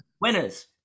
Winners